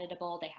editable